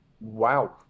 Wow